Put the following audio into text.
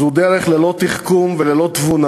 זו דרך ללא תחכום וללא תבונה.